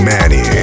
Manny